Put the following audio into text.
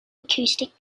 acoustic